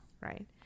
Right